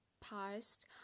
past